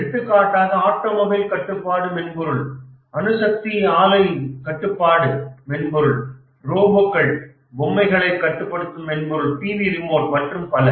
எடுத்துக்காட்டாக ஆட்டோமொபைல் கட்டுப்பாட்டு மென்பொருள் அணுசக்தி ஆலை கட்டுப்பாட்டு மென்பொருள் ரோபோக்கள் பொம்மைகளை கட்டுப்படுத்தும் மென்பொருள் டிவி ரிமோட் மற்றும் பல